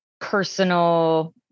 personal